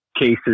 cases